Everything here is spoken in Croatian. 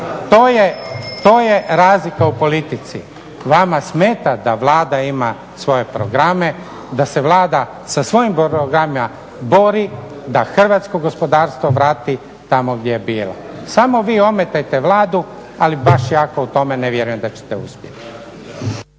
to je razlika u politici, vama smeta da Vlada ima svoje programe, da se Vlada sa svojim programima bori da hrvatsko gospodarstvo vrati tamo gdje je bilo, samo vi ometajte Vladu ali baš jako u tome ne vjerujem da ćete uspjeti.